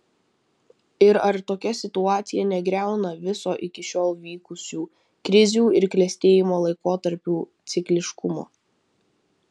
ir ar tokia situacija negriauna viso iki šiol vykusių krizių ir klestėjimo laikotarpių cikliškumo